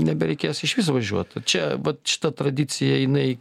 nebereikės išvis važiuot čia vat šita tradicija jinai